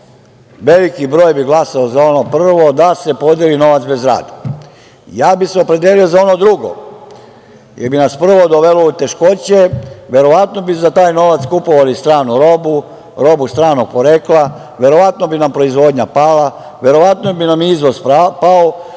veliki broj bi glasali za ono prvo da se podeli novac bez rada. Ja bih se lično opredelio za ono drugo, jer bi nas prvo dovelo u teškoće, verovatno bi za taj novac kupovali stranu robu, robu stranog porekla, verovatno bi nam proizvodnja pala, verovatno bi nam izvoz pao